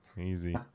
Easy